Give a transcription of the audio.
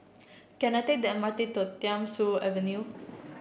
can I take the M R T to Thiam Siew Avenue